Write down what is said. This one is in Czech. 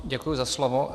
Děkuji za slovo.